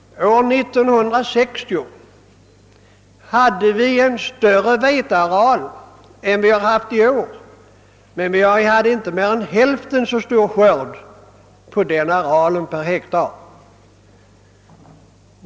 År 1960 hade vi en större veteareal än vi haft i år, men skörden blev då inte mer än ca hälften så stor per hektar som den blev i år.